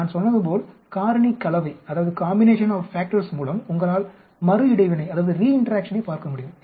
நான் சொன்னது போல் காரணி கலவை மூலம் உங்களால் மறு இடைவினையை பார்க்கமுடியும்